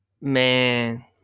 Man